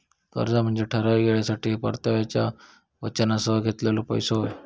कर्ज म्हनजे ठराविक येळेसाठी परताव्याच्या वचनासह घेतलेलो पैसो होय